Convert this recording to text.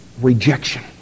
rejection